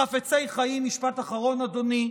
משפט אחרון, אדוני.